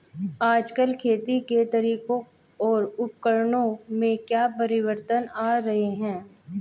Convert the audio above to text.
आजकल खेती के तरीकों और उपकरणों में क्या परिवर्तन आ रहें हैं?